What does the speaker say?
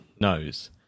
knows